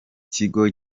kigo